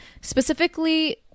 specifically